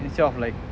like